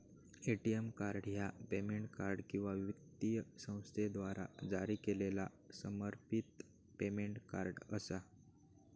ATM card ह्या payment card किंवा वित्तीय संस्थेद्वारा जारी केलेला समर्पित पेमेंट कार्ड असा